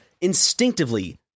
instinctively